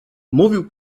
mówił